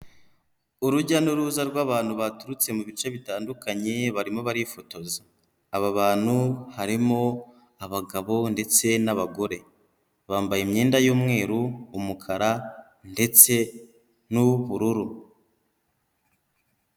Urujya n'uruza rw'abantu baturutse mu bice bitandukanye barimo barifotoza, aba bantu harimo abagabo ndetse n'abagore bambaye imyenda y'umweru, umukara ndetse n'ubururu.